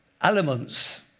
elements